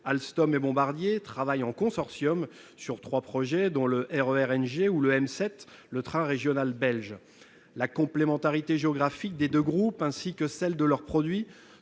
Alstom et Bombardier travaillent en consortium sur trois projets, dont le RER NG ou le M7, le train régional belge. La complémentarité géographique des deux groupes ainsi que celle de leurs produits